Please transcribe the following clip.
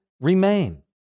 remain